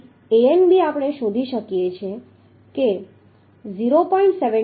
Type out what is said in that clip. તેથી Anb આપણે શોધી શકીએ છીએ કે 0